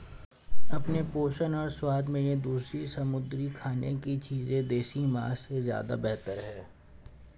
अपने पोषण और स्वाद में ये दूसरी समुद्री खाने की चीजें देसी मांस से ज्यादा बेहतर है